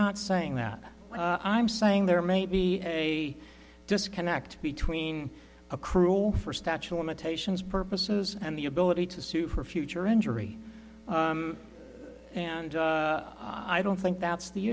not saying that i'm saying there may be a disconnect between a cruel for statue limitations purposes and the ability to sue for future injury and i don't think that's the